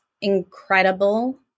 incredible